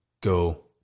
go